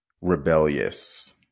rebellious